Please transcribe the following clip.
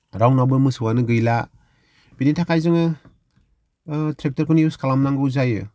रावनावबो मोसौआनो गैला बिनि थाखाय जोङो ट्रेक्टरखौनो इउज खालामनांगौ जायो